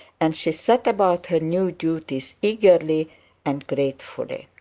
and she set about her new duties eagerly and gratefully.